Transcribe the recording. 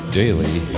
daily